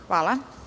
Hvala.